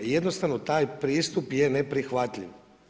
I jednostavno taj pristup je neprihvatljiv.